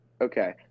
okay